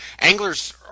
anglers